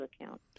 account